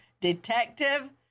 Detective